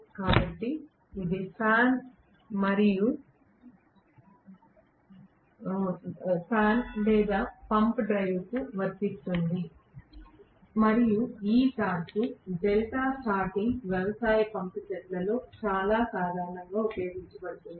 కాబట్టి ఇది ఫ్యాన్ లేదా పంప్ డ్రైవ్కు చాలా వర్తిస్తుంది మరియు ఈ టార్క్ డెల్టా స్టార్టింగ్ వ్యవసాయ పంపు సెట్లలో చాలా సాధారణంగా ఉపయోగించబడుతుంది